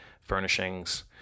furnishings